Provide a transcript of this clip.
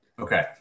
Okay